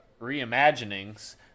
reimaginings